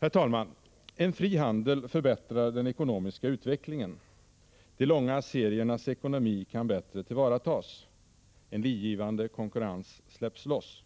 Herr talman! En fri handel förbättrar den ekonomiska utvecklingen. De långa seriernas ekonomi kan bättre tillvaratas. En livgivande konkurrens släpps loss.